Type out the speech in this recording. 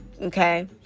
Okay